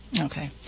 Okay